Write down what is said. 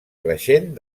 creixent